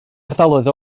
ardaloedd